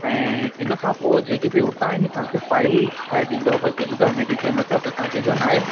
ऐं इन खां पोइ जेकी बि उतां जी तव्हांखे फाइल ठाहे ॾींदव भाई पुछंदव मैडिक्लेम अथव तव्हां चइजो नाहे